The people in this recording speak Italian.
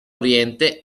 oriente